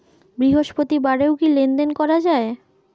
বৃহস্পতিবারেও কি লেনদেন করা যায়?